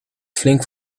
flink